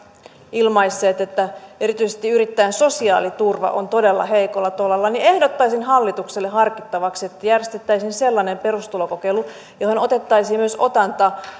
ilmaisseet että erityisesti yrittäjän sosiaaliturva on todella heikolla tolalla niin ehdottaisin hallitukselle harkittavaksi että järjestettäisiin sellainen perustulokokeilu johon otettaisiin myös otanta